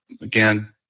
again